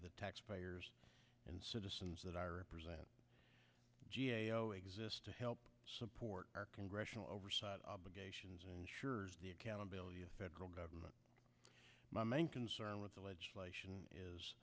the taxpayers and citizens that i represent exist to help support our congressional oversight obligations ensures the accountability of the federal government my main concern with the legislation is